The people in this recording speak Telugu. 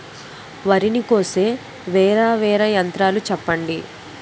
వరి ని కోసే వేరా వేరా యంత్రాలు చెప్పండి?